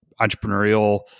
entrepreneurial